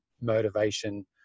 motivation